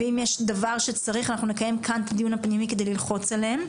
ואם יש דבר שצריכים לקיים כאן את הדיון הפנימי כדי ללחוץ עליהם,